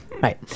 Right